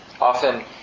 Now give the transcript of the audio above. Often